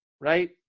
right